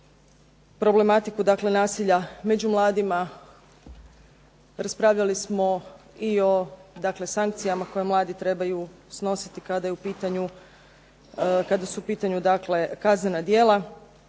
problematiku nasilja među mladima. Raspravljali smo i o sankcijama koje mladi trebaju snositi kada su u pitanju kaznena djela.